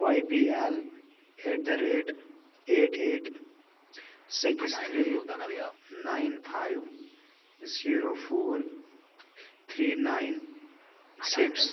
Y B L at the rate eight eight six three nine five zero four three nine سِٹٕس